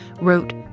wrote